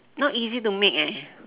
not easy to make eh